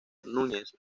núñez